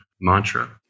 mantra